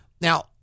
Now